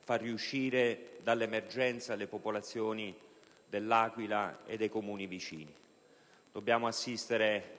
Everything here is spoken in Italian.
far uscire dall'emergenza le popolazioni dell'Aquila e dei Comuni vicini. Dobbiamo assistere